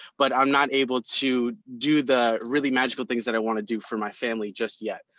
but i'm not able to do the really magical things that i want to do for my family just yet.